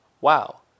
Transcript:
wow